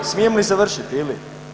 Smijem li završiti ili?